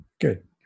Good